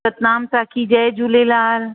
सतनाम साखी जय झूलेलाल